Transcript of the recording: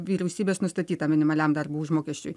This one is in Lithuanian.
vyriausybės nustatytam minimaliam darbo užmokesčiui